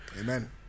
Amen